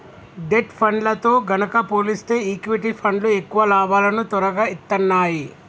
debt ఫండ్లతో గనక పోలిస్తే ఈక్విటీ ఫండ్లు ఎక్కువ లాభాలను తొరగా ఇత్తన్నాయి